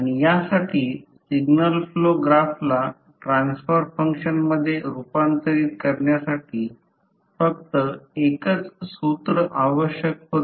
तर ही संज्ञा N d ∅ d i हे प्रत्यक्षात इंडक्टन्स L आहे याचा अर्थ v L d i d t हे आपण आधी देखील पाहिले आहे म्हणून L d i d t